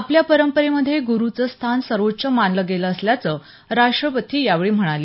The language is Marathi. आपल्या परंपरेमधे गुरुचं स्थान सर्वोच्च मानलं गेलं असल्याचं राष्ट्रपती यावेळी म्हणाले